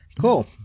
cool